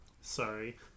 Sorry